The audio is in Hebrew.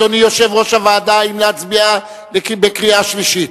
אדוני יושב-ראש הוועדה, האם להצביע בקריאה שלישית?